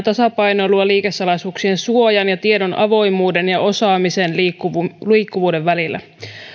tasapainoilua liikesalaisuuksien suojan ja tiedon avoimuuden ja osaamisen liikkuvuuden liikkuvuuden välillä